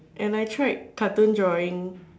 and I tried cartoon drawing